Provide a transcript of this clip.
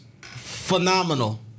phenomenal